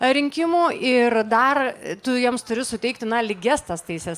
rinkimų ir dar tu jiems turi suteikti na lygias tas teises